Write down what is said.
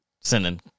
sending